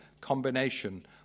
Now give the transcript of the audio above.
combination